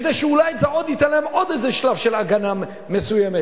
כדי שאולי זה ייתן להם עוד שלב של הגנה מסוימת.